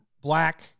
black